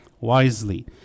wisely